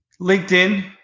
LinkedIn